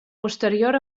posterior